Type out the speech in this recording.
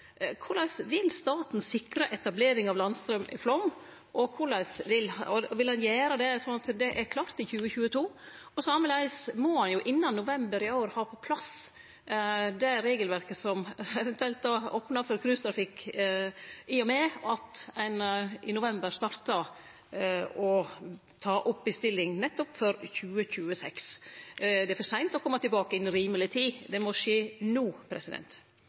vil vite konkret korleis staten vil sikre etablering av landstraum i Flåm, og om ein vil gjere det sånn at det er klart i 2022. Sameleis må ein jo innan november i år ha på plass det regelverket som eventuelt opnar for cruisetrafikk, i og med at ein i november startar å ta opp bestilling nettopp for 2026. Det er for seint å kome tilbake «innan rimeleg tid». Det må skje no.